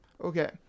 Okay